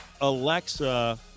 Alexa